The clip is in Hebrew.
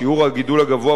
שיעור הגידול הגבוה,